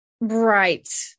Right